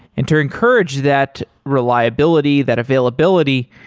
and to encourage that reliability, that availability,